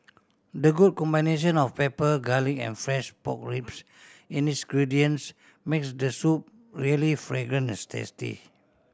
the good combination of pepper garlic and fresh pork ribs in its gradients makes the soup really fragrant and tasty